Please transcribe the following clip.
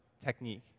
technique